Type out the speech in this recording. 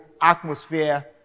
atmosphere